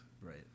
Right